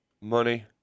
money